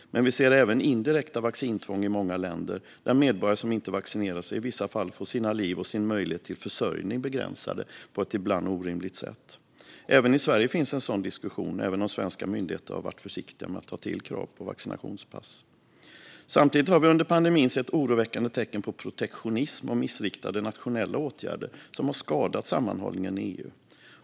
Men vi ser även indirekta vaccintvång i många länder, där medborgare som inte vaccinerar sig i vissa fall får sina liv och sina möjligheter till försörjning begränsade på ett ibland orimligt sätt. Även i Sverige finns en sådan diskussion, även om svenska myndigheter har varit försiktiga med att ta till krav på vaccinationspass. Samtidigt har vi under pandemin sett oroväckande tecken på protektionism och missriktade nationella åtgärder som har skadat sammanhållningen i EU.